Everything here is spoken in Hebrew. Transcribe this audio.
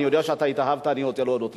אני יודע שאתה התאהבת, אני רוצה להודות לך.